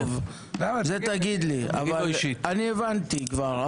את זה תגיד לי, אבל אני הבנתי כבר.